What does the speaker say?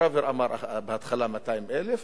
פראוור אמר בהתחלה 200,000,